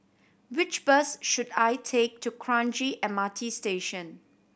which bus should I take to Kranji M R T Station